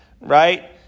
right